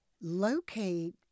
locate